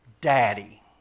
daddy